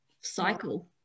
cycle